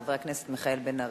חבר הכנסת מיכאל בן-ארי.